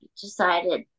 decided